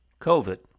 COVID